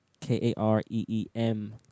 K-A-R-E-E-M